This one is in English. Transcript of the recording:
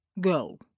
Go